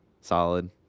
Solid